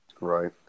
Right